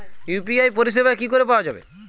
UPI পরিষেবা কি করে পাওয়া যাবে?